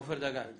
עופר דגן.